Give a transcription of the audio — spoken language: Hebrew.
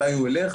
מתי ללכת.